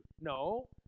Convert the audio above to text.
No